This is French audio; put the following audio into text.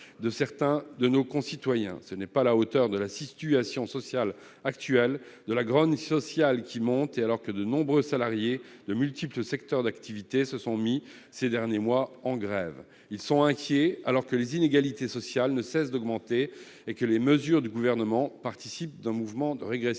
de certains de nos concitoyens. Ce n'est pas à la hauteur de la situation actuelle et de la grogne sociale qui monte, alors que de nombreux salariés, dans de multiples secteurs d'activité, se sont mis en grève ces derniers mois. Ils sont inquiets, alors que les inégalités sociales ne cessent de croître et que les mesures du Gouvernement participent d'un mouvement de régression